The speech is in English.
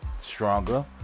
stronger